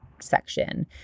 section